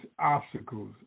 obstacles